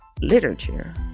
literature